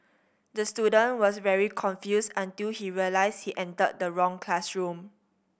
the student was very confused until he realised he entered the wrong classroom